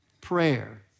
prayer